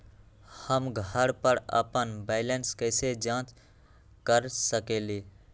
हम घर पर अपन बैलेंस कैसे जाँच कर सकेली?